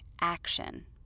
action